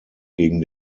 gegen